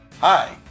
Hi